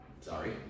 Sorry